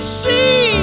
see